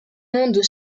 monde